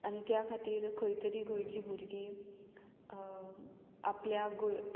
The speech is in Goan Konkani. आनी त्या खातीर खंय तरी गोंयची भुरगीं आपल्या गों